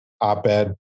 op-ed